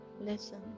listen